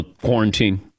quarantine